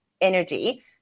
energy